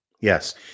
Yes